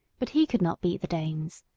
but he could not beat the danes.